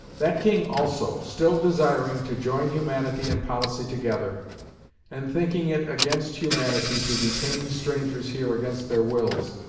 that king also, still desiring to join humanity and policy together and thinking it against humanity, to detain strangers here against their wills,